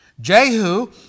Jehu